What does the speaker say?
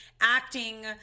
acting